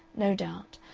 no doubt,